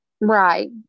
Right